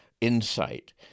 insight